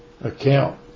account